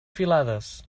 filades